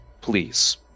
please